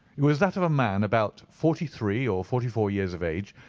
it was that of a man about forty-three or forty-four years of age,